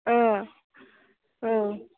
औ औ